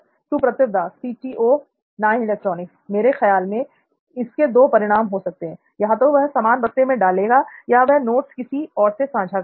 सुप्रतिव दास मेरे ख्याल से इसके दो परिणाम हो सकते हैं या तो वह सामान बस्ते में डालेगा या वह नोट्स किसी और से साझा करेगा